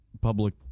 public